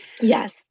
Yes